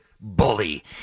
bully